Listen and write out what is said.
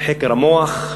חקר המוח,